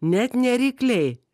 net ne rykliai